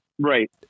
Right